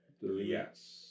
Yes